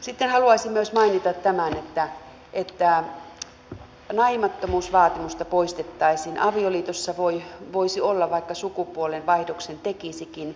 sitten haluaisin myös mainita tämän että naimattomuusvaatimusta poistettaisiin avioliitossa voisi olla vaikka sukupuolenvaihdoksen tekisikin